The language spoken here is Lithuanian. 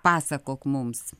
pasakok mums